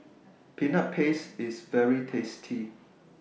Peanut Paste IS very tasty